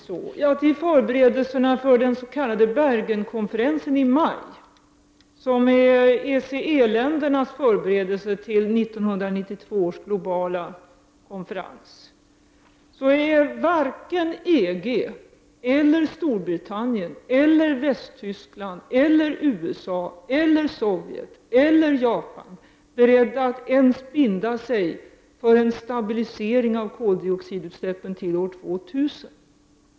Inför förberedelserna för den s.k. Bergenkonferensen i maj, som är ECE-ländernas förberedelse inför 1992 års globala konferens, är varken EG, Storbritannien, Västtyskland, USA, Sovjet eller Japan beredda att binda sig ens för en stabilisering av koldioxidutsläppen till år 2000.